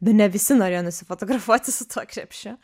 bene visi norėjo nusifotografuoti su tuo krepšiu